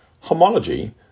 Homology